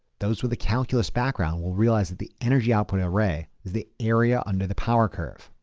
those were the calculus background, will realize that the energy output array, is the area under the power curve.